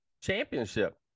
championship